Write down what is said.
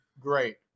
great